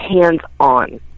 hands-on